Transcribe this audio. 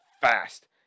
fast